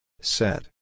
Set